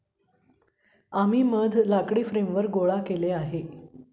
आम्ही मधाला लाकडी फ्रेमवर एकत्र केले आहे